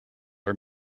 are